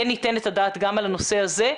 כן ניתן את הדעת גם על הנושא הזה.